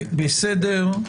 בסדר.